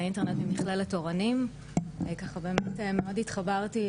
אני מגיעה מתוך המחקר של סקסטינג כתובות מיניות.